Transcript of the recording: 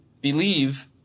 believe